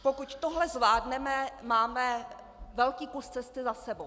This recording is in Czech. Pokud tohle zvládneme, máme velký kus cesty za sebou.